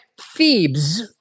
Thebes